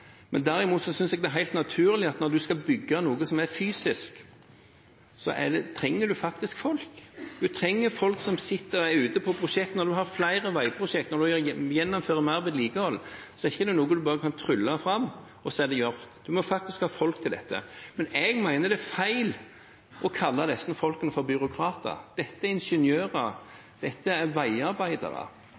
Derimot synes jeg det er helt naturlig at når man skal bygge noe fysisk, trenger man faktisk folk. Man trenger folk ute på prosjektene. Når man har flere veiprosjekt, og når man gjennomfører mer vedlikehold, er ikke det noe man bare kan trylle fram og så er det gjort. Man må faktisk ha folk til dette. Jeg mener det er feil å kalle disse folkene for byråkrater. Dette er ingeniører. Dette er